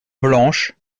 blanche